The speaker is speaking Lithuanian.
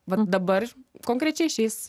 va dabar konkrečiai